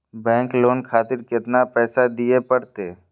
Bank loan खातीर केतना पैसा दीये परतें?